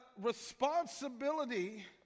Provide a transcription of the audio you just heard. responsibility